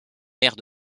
mère